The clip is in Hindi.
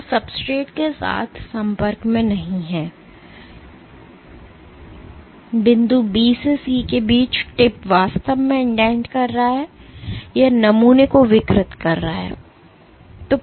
यह सब्सट्रेट के साथ संपर्क में नहीं है और बिंदु B से C के बीच टिप वास्तव में इंडेंट कर रहा है या नमूने को विकृत कर रहा है